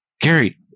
Gary